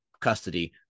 custody